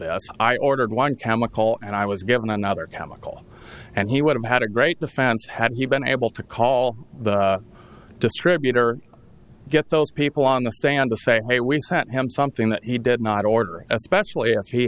this i ordered one chemical and i was given another chemical and he would have had a great defense had he been able to call the distributor get those people on the stand to say hey we sent him something that he did not order